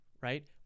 right